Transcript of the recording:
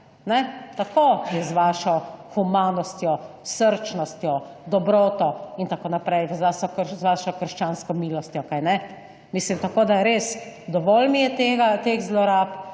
Tako je z vašo humanostjo, srčnostjo, dobroto in tako naprej, z vašo krščansko milostjo, kajne? Mislim, tako da, res, dovolj mi je tega, teh zlorab,